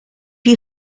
you